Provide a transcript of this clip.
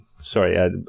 sorry